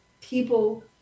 people